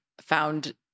found